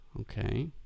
Okay